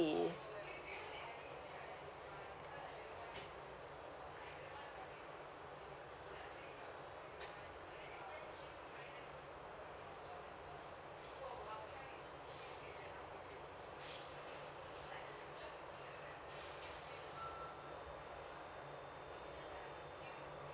C